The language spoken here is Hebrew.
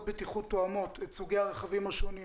בטיחות תואמות את סוגי הרכבים השונים,